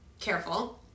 Careful